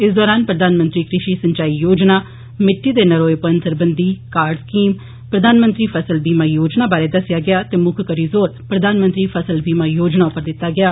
इस दरान प्रधानमंत्री कृषि सिंचाई योजना मट्टी दे नरोएपन सरबंधी कार्ड स्कीम प्रधानमंत्री फसल बीमा योजना बारे दस्सेआ गेआ ते मुक्ख करी जोर प्रधानमंत्री फसल बीमा योजना उप्पर दित्ता गेआ